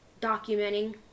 documenting